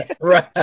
Right